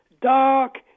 dark